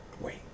Wait